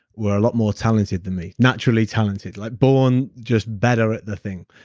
were a lot more talented than me naturally talented, like born just better at the thing.